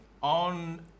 On